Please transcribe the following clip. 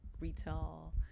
retail